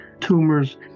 tumors